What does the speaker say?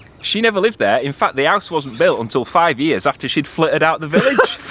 she never lived there, in fact the house wasn't built until five years after she'd flitted out the village.